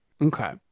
Okay